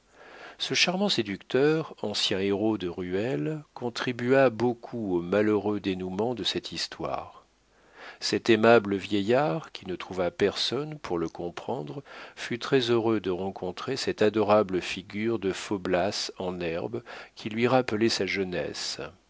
ce charmant séducteur ancien héros de ruelles contribua beaucoup au malheureux dénouement de cette histoire cet aimable vieillard qui ne trouvait personne pour le comprendre fut très-heureux de rencontrer cette admirable figure de faublas en herbe qui lui rappelait sa jeunesse